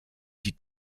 die